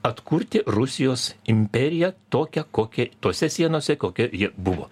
atkurti rusijos imperiją tokią kokia tose sienose kokia ji buvo